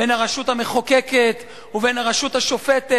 בין הרשות המחוקקת ובין הרשות השופטת.